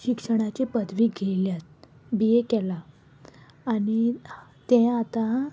शिक्षणाची पदवी घेयल्यात बी ए केला आनी तें आतां